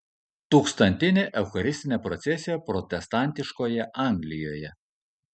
tūkstantinė eucharistinė procesija protestantiškoje anglijoje